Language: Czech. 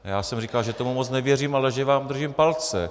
Já jsem říkal, že tomu moc nevěřím, ale že vám držím palce.